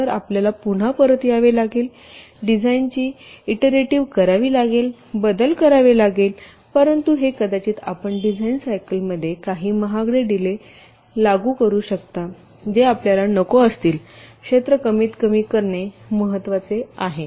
तर आपल्याला पुन्हा परत यावे लागेल डिझाइनची इटरटिव्ह करावी लागेल बदल करावे लागेल परंतु हे कदाचित आपण डिझाइन सायकलमध्ये काही महागडे डीले लागू करू शकता जे आपल्याला नको असतील क्षेत्र कमीत कमी करणे महत्वाचे आहे